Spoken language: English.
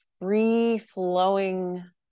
free-flowing